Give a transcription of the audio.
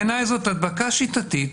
בעיניי זאת הדבקה שיטתית